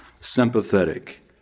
sympathetic